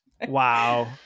Wow